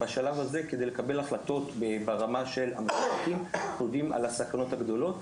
בשלב הזה כדי לקבל החלטות ברמה של --- יודעים על הסכנות הגדולות.